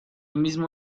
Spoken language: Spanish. mismo